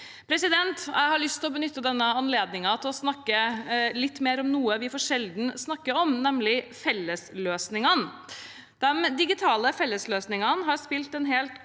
verktøy. Jeg har lyst til å benytte denne anledningen til å snakke litt mer om noe vi for sjelden snakker om, nemlig fellesløsningene. De digitale fellesløsningene har spilt en helt